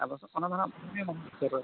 ᱟᱫᱚ ᱚᱱᱟ ᱫᱚ ᱦᱟᱸᱜ